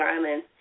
violence